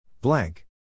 Blank